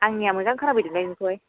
आंनिया मोजां खोना फैदोंलाय नोंखौहाय